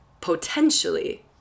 potentially